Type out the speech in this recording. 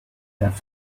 have